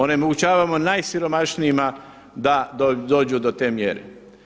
Onemogućavamo najsiromašnijima da dođu do te mjere.